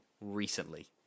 Recently